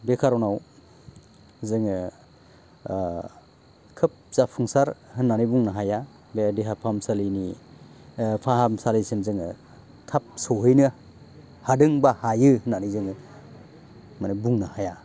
बे खार'नाव जोङो ओ खोब जाफुंसार होननानै बुंनो हाया बे देहा फाहामसालिनि ओ फाहामसालिसिम जोङो थाब सहैनो हादों बा हायो होननानै जोङो माने बुंनो हाया